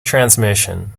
transmission